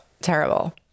terrible